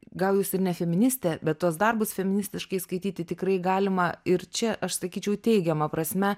gal jūs ir ne feministė bet tuos darbus feministiškai skaityti tikrai galima ir čia aš sakyčiau teigiama prasme